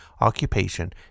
occupation